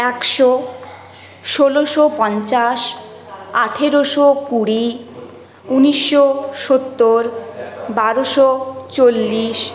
একশো ষোলশো পঞ্চাশ আঠেরোশো কুড়ি উনিশশো সত্তর বারোশো চল্লিশ